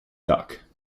duck